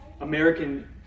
American